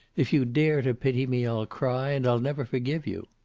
if you dare to pity me i'll cry, and i'll never forgive you.